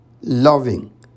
loving